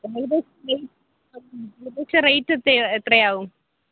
ഏകദേശം റേറ്റ് ഏകദേശം റേറ്റ് ഇപ്പോൾ എത്രയാവും